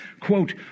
Quote